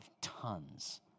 tons